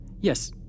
Yes